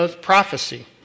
prophecy